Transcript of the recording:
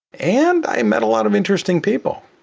and i met a lot of interesting people.